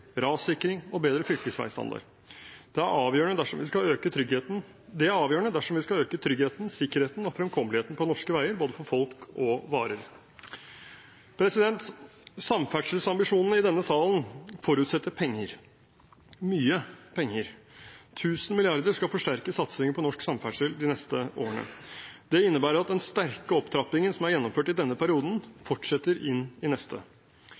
rassikring og bedre fylkesveistandard. Det er avgjørende dersom vi skal øke tryggheten, sikkerheten og fremkommeligheten på norske veier, for både folk og varer. Samferdselsambisjonene i denne salen forutsetter penger, mye penger. 1 000 mrd. kr skal forsterke satsingen på norsk samferdsel de neste årene. Det innebærer at den sterke opptrappingen som er gjennomført i denne perioden, fortsetter inn i neste.